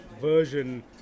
version